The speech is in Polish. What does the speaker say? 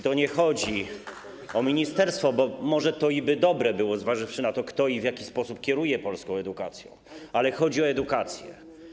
I nie chodzi o ministerstwo, bo może to i byłoby dobre, zważywszy na to, kto i w jaki sposób kieruje polską edukacją, ale chodzi o edukację.